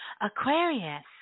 Aquarius